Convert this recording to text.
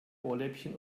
ohrläppchen